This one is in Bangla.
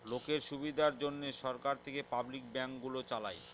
লোকের সুবিধার জন্যে সরকার থেকে পাবলিক ব্যাঙ্ক গুলো চালায়